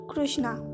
Krishna